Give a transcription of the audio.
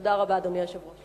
תודה רבה, אדוני היושב-ראש.